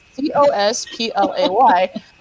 cosplay